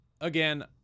again